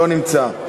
לא נמצא.